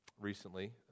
recently